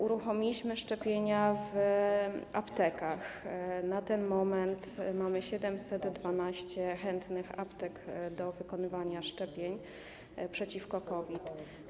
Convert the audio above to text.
Uruchomiliśmy szczepienia w aptekach - na ten moment jest 712 aptek chętnych do wykonywania szczepień przeciwko COVID.